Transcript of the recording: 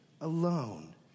alone